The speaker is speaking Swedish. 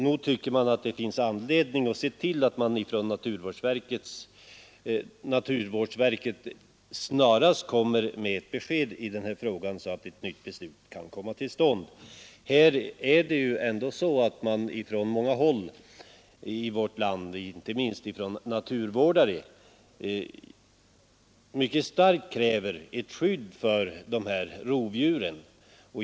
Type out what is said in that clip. Nog finns det anledning att se till att naturvårdsverket snarast kommer med ett besked i den här frågan så att beslut kan fattas. Från många håll i vårt land, inte minst från naturvårdare, kräver man ett mycket starkt skydd för rovdjuren.